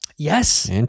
Yes